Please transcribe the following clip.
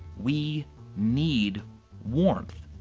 we need warmth.